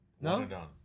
No